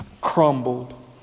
crumbled